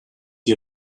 die